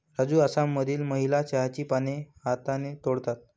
राजू आसाममधील महिला चहाची पाने हाताने तोडतात